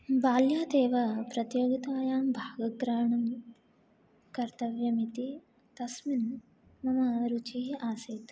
बाल्यात् एव प्रतियोगितायां भागग्रहणं कर्तव्यम् इति तस्मिन् मम रुचिः आसीत्